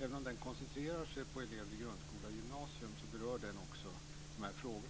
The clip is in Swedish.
Även om den koncentrerar sig på elever i grundskola och gymnasium berör den också dessa frågor.